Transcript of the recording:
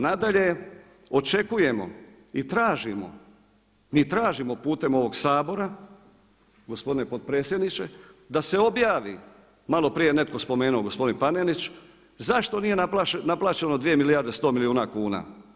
Nadalje, očekujemo i tražimo, mi tražimo putem ovog Sabora, gospodine predsjedniče da se objavi, malo prije je netko spomenuo, gospodin Panenić zašto nije naplaćeno 2 milijarde i 100 milijuna kuna.